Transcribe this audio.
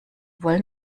wollen